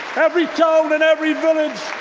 every town and every village,